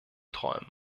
träumen